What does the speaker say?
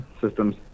systems